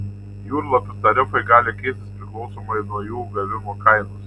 jūrlapių tarifai gali keistis priklausomai nuo jų gavimo kainos